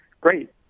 great